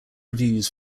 reviews